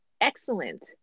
excellent